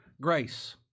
Grace